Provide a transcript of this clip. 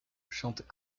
chante